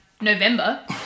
November